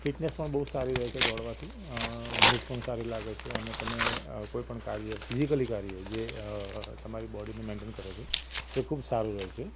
fitness પણ બહુ સારી રહે છે દોડવાથી ભૂખ પણ સારી લાગે છે અને તમે કોઈ પણ કાર્ય ફિઝિકલી કાર્ય જે તમારી બૉડીને મેઇન્ટેન કરે છે એ ખૂબ સારું રહે છે